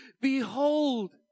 Behold